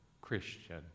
Christian